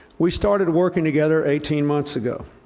we started working together eighteen months ago.